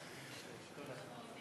תודה.